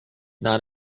not